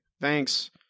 thanks